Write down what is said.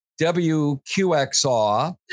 WQXR